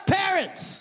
parents